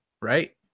right